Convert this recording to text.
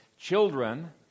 children